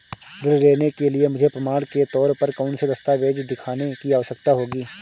ऋृण लेने के लिए मुझे प्रमाण के तौर पर कौनसे दस्तावेज़ दिखाने की आवश्कता होगी?